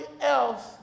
else